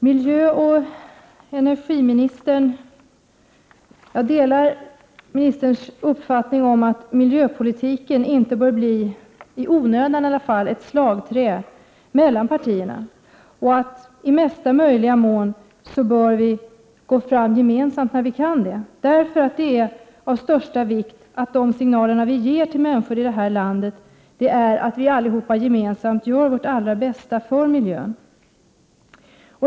Fru talman! Jag delar miljöoch energiministerns uppfattning om att miljöpolitiken inte bör bli, i varje fall inte i onödan, ett slagträ mellan partierna och att vi i mesta möjliga mån bör gå fram gemensamt när vi kan det, därför att det är av största vikt att de signaler vi ger till människor här i landet är att vi allihop gemensamt gör vårt allra bästa för miljön.